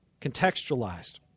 contextualized